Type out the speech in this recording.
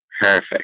Perfect